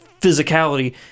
physicality